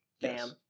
Bam